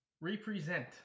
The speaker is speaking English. Represent